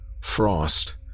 Frost